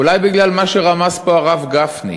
אולי בגלל מה שרמז פה הרב גפני,